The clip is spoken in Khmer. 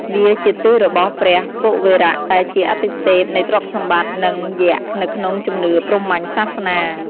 វាជាទិសរបស់ព្រះ កុវេរៈ ដែលជាអាទិទេពនៃទ្រព្យសម្បត្តិនិងយ័ក្សនៅក្នុងជំនឿព្រហ្មញ្ញសាសនា។